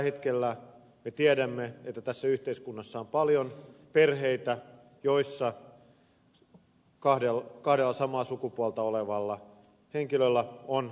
me tiedämme että tällä hetkellä tässä yhteiskunnassa on paljon perheitä joissa kahdella samaa sukupuolta olevalla henkilöllä on lapsia